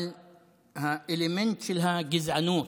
אבל האלמנט של הגזענות,